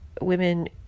women